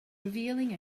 revealing